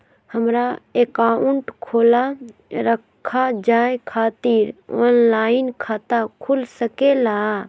हमारा अकाउंट खोला रखा जाए खातिर ऑनलाइन खाता खुल सके ला?